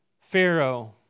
Pharaoh